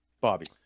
bobby